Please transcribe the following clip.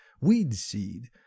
weed-seed